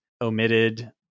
omitted